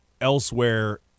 elsewhere